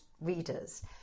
readers